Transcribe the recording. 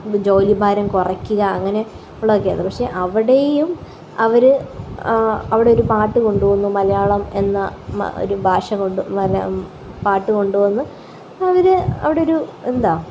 ജോലി ഭാരം കുറയ്ക്കുക അങ്ങനെ ഉള്ളതൊക്കെ പക്ഷേ അവിടേയും അവര് ആ അവിടൊരു പാട്ട് കൊണ്ടു വന്നു മലയാളം എന്ന ഒരു ഭാഷ കൊണ്ട് പാട്ട് കൊണ്ടുവന്നു അവര് അവിടൊരു എന്താണ്